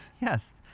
Yes